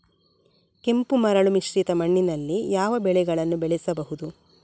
ಕೆಂಪು ಮರಳು ಮಿಶ್ರಿತ ಮಣ್ಣಿನಲ್ಲಿ ಯಾವ ಬೆಳೆಗಳನ್ನು ಬೆಳೆಸಬಹುದು?